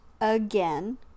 again